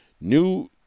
new